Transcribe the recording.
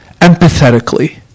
Empathetically